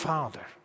Father